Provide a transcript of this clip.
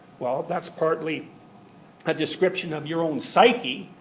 well, that's partly a description of your own psyche,